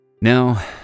Now